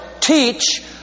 teach